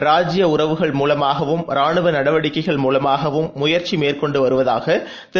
ராஜ்ஜிய உறவுகள் மூலமாகவும் ராணுவ நடவடிக்கைகள் மூலமாகவும் முயற்சி மேற்கொண்டு வருவதாக திரு